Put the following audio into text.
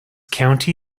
county